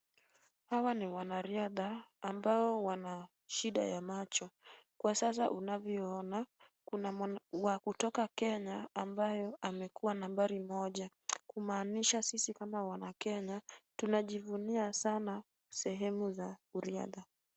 Hawa ni wanariadha ambao wana shida ya macho. Kwa sasa unavyoona, kuna wa kutoka Kenya ambayo amekuwa nambari moja, kumaanisha sisi kama wanakenya tunajifunia sana sehemu za uriadha.